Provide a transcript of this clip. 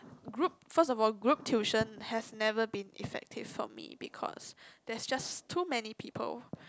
group first of all group tuition have never been effective for me because there's just too many people